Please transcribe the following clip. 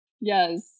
Yes